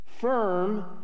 firm